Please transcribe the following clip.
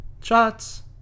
Shots